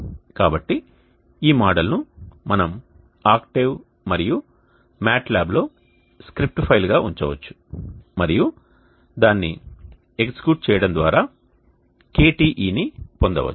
కాబట్టి ఈ మోడల్ను మనం ఆక్టేవ్ మరియు మ్యాట్ ల్యాబ్లో స్క్రిప్ట్ ఫైల్గా ఉంచవచ్చు మరియు దానిని ఎగ్జిక్యూట్ చేయడం ద్వారా KTe ని పొందవచ్చు